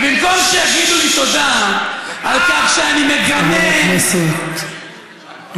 על כך שאני שם לכם את האמת בפרצוף,